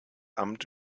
amt